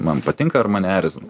man patinka ar mane erzina